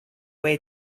way